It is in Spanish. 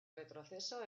retroceso